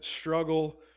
struggle